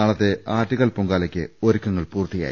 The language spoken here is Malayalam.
നാളത്തെ ആറ്റുകാൽ പൊങ്കാലക്ക് ഒരുക്കങ്ങൾ പൂർത്തിയായി